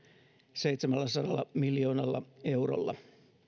seitsemälläsadalla miljoonalla eurolla